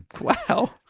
Wow